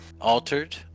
Altered